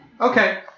Okay